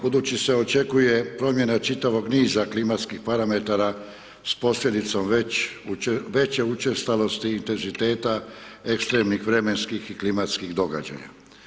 Budući se očekuje promjena čitavog niza klimatskih parametara s posljedicom veće učestalosti i intenziteta ekstremnih vremenskih i klimatskih događaja.